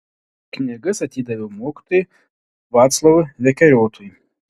knygas atidaviau mokytojui vaclovui vekeriotui